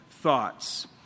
thoughts